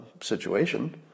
situation